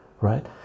right